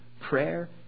prayer